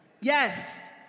Yes